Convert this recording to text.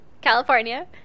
California